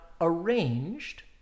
arranged